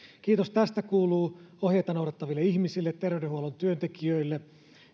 kiitos tästä kuuluu ohjeita noudattaville ihmisille terveydenhuollon työntekijöille